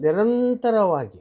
ನಿರಂತರವಾಗಿ